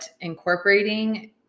incorporating